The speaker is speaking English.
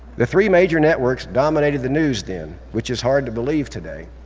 the three major networks dominated the news then, which is hard to believe today.